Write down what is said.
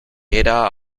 era